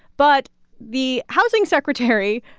but the housing secretary,